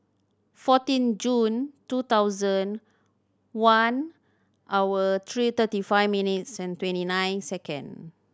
fourteen June two thousand one hour three thirty five minutes twenty nine second